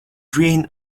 green